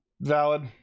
Valid